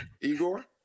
Igor